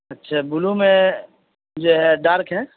اچھا بلیو میں جو ہے ڈارک ہے